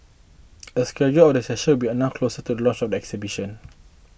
a schedule of the sessions will be announced closer to the launch of the exhibition